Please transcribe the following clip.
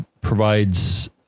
provides